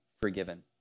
forgiven